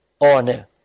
honor